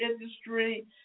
industry